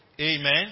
amen